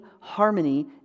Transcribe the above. harmony